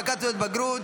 הנפקת תעודות בגרות),